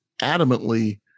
adamantly